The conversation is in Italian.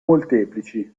molteplici